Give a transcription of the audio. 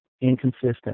inconsistent